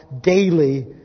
daily